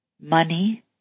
money